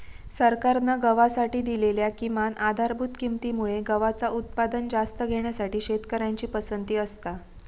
सरकारान गव्हासाठी दिलेल्या किमान आधारभूत किंमती मुळे गव्हाचा उत्पादन जास्त घेण्यासाठी शेतकऱ्यांची पसंती असता